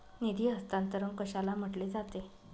निधी हस्तांतरण कशाला म्हटले जाते?